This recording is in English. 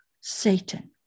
Satan